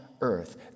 earth